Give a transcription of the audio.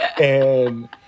and-